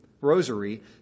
rosary